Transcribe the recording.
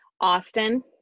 Austin